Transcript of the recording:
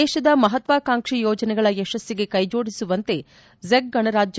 ದೇಶದ ಮಹತ್ವಾಕಾಂಕ್ವಿ ಯೋಜನೆಗಳ ಯಶಸ್ಸಿಗೆ ಕೈಜೋಡಿಸುವಂತೆ ಚೆಕ್ ಗಣರಾಜ್ಯಕ್ಕೆ